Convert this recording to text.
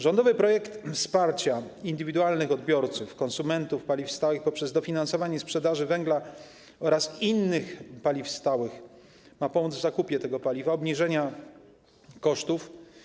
Rządowy projekt wsparcia indywidualnych odbiorców, konsumentów paliw stałych poprzez dofinansowanie sprzedaży węgla oraz innych paliw stałych ma pomóc w zakupie tego paliwa, obniżeniu kosztów.